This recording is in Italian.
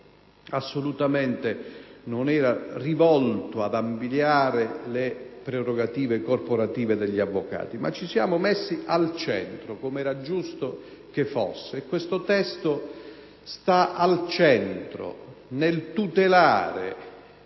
assolutamente rivolta ad ampliare le prerogative corporative degli avvocati. Ci siamo messi al centro, come era giusto che fosse. E questo testo si pone proprio al centro nel tutelare